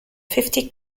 fifty